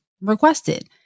requested